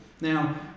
Now